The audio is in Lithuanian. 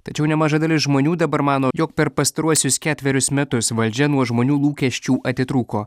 tačiau nemaža dalis žmonių dabar mano jog per pastaruosius ketverius metus valdžia nuo žmonių lūkesčių atitrūko